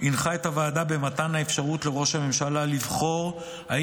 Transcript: הנחה את הוועדה במתן אפשרות לראש הממשלה לבחור אם